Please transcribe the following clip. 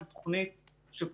זו תוכנית שפורסמה,